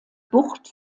bucht